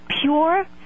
pure